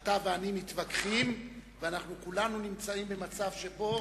אתה ואני מתווכחים, ואנחנו כולנו נמצאים במצב שבו